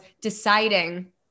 deciding